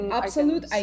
absolute